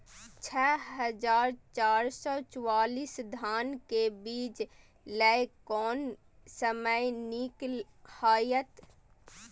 छः हजार चार सौ चव्वालीस धान के बीज लय कोन समय निक हायत?